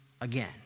again